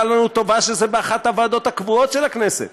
לנו טובה שזה באחת הוועדות הקבועות של הכנסת.